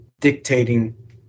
dictating